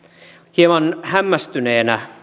hieman hämmästyneenä